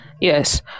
Yes